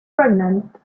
pregnant